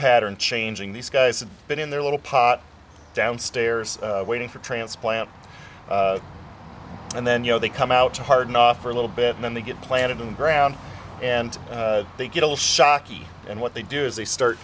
pattern changing these guys have been in their little pot downstairs waiting for a transplant and then you know they come out hard enough for a little bit and then they get planted and ground and they get all shockey and what they do is they start